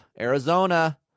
Arizona